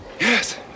Yes